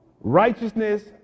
Righteousness